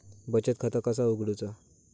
बचत खाता कसा उघडूचा?